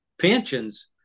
pensions